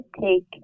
take